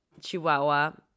chihuahua